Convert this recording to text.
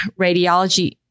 radiology